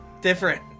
different